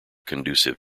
conducive